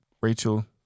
rachel